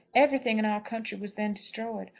everything in our country was then destroyed.